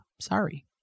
sorry